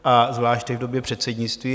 A zvláště v době předsednictví.